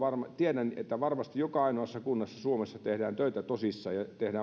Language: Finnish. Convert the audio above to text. tiedän että varmasti joka ainoassa kunnassa suomessa tehdään töitä tosissaan ja tehdään